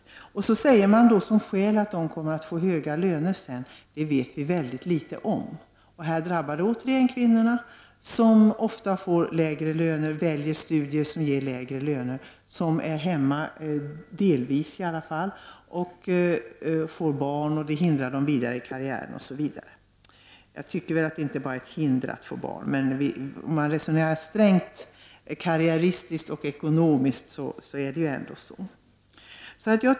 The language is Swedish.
Som skäl anförs att studenterna senare kommer att få höga löner. Men det vet vi inte mycket om. Här drabbas återigen kvinnorna som ofta väljer att studera ämnen som ger arbeten med lägre löner. De är hemma och får barn som hindrar dem i den vidare karriären osv. Naturligtvis tycker jag inte att det bara är ett hinder att få barn, men om man resonerar strängt karriäristiskt och ekonomiskt är det ändå så.